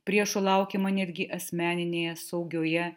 priešų laukiama netgi asmeninėje saugioje